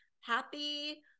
happy